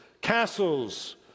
castles